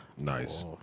Nice